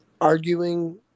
arguing